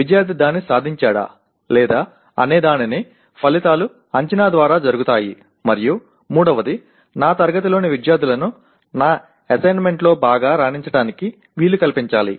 విద్యార్ధి దాన్ని సాధించాడా లేదా అనేదానిని ఫలితాలు అంచనా ద్వారా జరుగుతాయి మరియు మూడవది నా తరగతిలోని విద్యార్థులను నా అస్సెస్మెంట్ లో బాగా రాణించటానికి వీలు కల్పించాలి